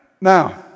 Now